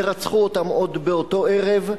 ורצחו אותם עוד באותו ערב,